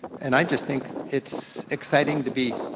and i just think it's exciting to be